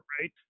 right